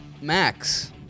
Max